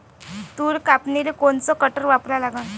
तूर कापनीले कोनचं कटर वापरा लागन?